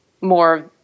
more